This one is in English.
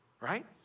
right